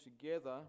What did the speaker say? together